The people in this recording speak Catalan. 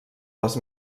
les